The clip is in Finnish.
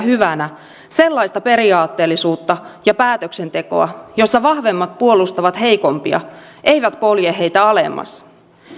hyvänä sellaista periaatteellisuutta ja päätöksentekoa jossa vahvemmat puolustavat heikompia eivät polje heitä alemmas